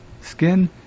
skin